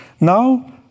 Now